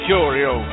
Curio